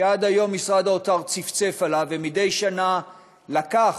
שעד היום משרד האוצר צפצף עליו ומדי שנה לקח,